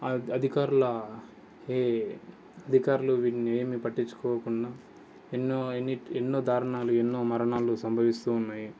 ఆ యొక్క అధికారుల అదికారులు వీటిని ఏమి పట్టించుకోకుండా ఎన్నో ఎన్ని ఎన్నో దారుణాలు ఎన్నో మరణాలు సంభవిస్తూ ఉన్నాయి